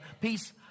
peace